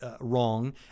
wrong